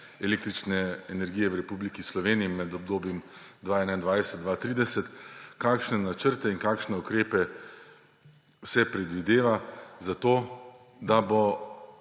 električne energije v Republiki Sloveniji med obdobjem 2021–2030? Kakšne načrte in kakšne ukrepe se predvideva za to, da bodo